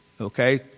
Okay